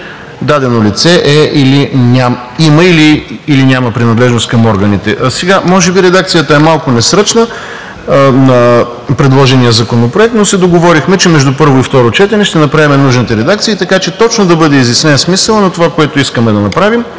дадено лице има или няма принадлежност към органите. Може би редакцията на предложения законопроект е малко несръчна, но се договорихме, че между първо и второ четене ще направим нужните редакции, така че точно да бъде изяснен смисълът на това, което искаме да направим,